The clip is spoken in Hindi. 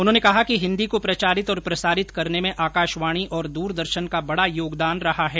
उन्होंने कहा कि हिन्दी को प्रचारित और प्रसारित करने में आकाशवाणी और दूरदर्शन का बड़ा योगदान रहा है